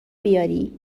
بیاری